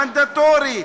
מנדטורי,